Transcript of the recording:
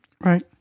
Right